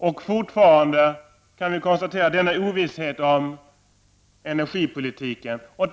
Och fortfarande kan vi konstatera denna ovisshet om energipolitiken.